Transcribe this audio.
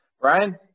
Brian